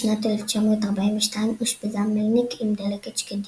בשנת 1942 אושפזה מלניק עם דלקת שקדים.